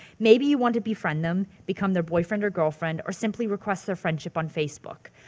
maybe you want to befriend them, become their boyfriend or girlfriend, or simply request their friendship on facebook.